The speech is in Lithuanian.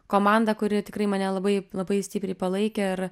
komandą kuri tikrai mane labai labai stipriai palaikė ir